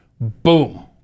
boom